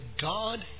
God